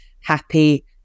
happy